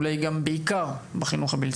ובעיקר בו.